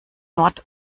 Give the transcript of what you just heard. nord